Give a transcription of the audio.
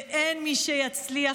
אין מי שיצליח,